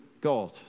God